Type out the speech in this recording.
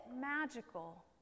magical